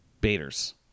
Bader's